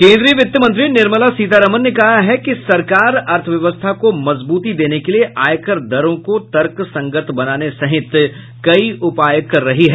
केंद्रीय वित्त मंत्री निर्मला सीतारमन ने कहा है कि सरकार अर्थव्यवस्था को मजब्रती देने के लिए आयकर दरों को तर्कसंगत बनाने सहित कई उपाय कर रही है